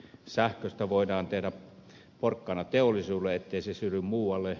sähköstä voidaan tehdä porkkana teollisuudelle ettei se siirry muualle